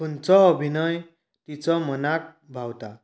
खंयचोय अभिनय तिचो मनांक भावतां